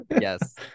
Yes